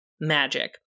magic